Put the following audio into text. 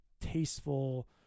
tasteful